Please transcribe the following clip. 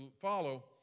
follow